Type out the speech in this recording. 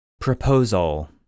Proposal